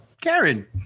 Karen